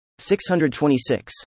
626